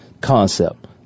concept